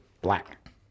black